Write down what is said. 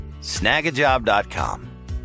snagajob.com